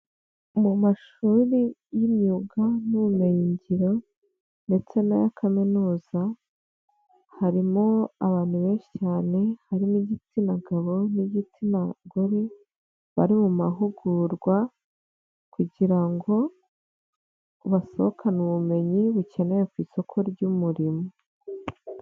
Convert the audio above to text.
Mu mashuri y'imyuga n'ubumenyingiro ndetse n'aya kaminuza harimo abantu benshi cyane harimo igitsina gabo n'igitsina gore bari mu mahugurwa kugira ngo basohokane ubumenyi bukenewe ku isoko ry'umurimo.